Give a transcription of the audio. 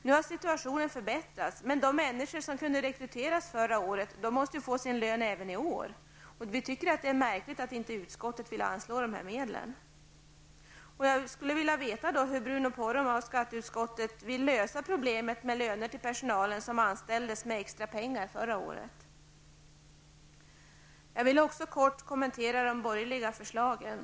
Nu har situationen förbättrats, men de människor som kunde rekryteras förra året måste få sin lön även i år. Det är märkligt att utskottet inte vill anslå dessa medel. Jag vill veta hur Bruno Poromaa och skatteutskottet vill lösa problemet med löner till den personal som anställdes med extra pengar förra året. Jag vill också kortfattat kommentera de borgerliga förslagen.